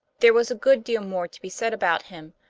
there was a good deal more to be said about him,